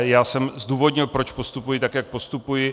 Já jsem zdůvodnil, proč postupuji tak, jak postupuji.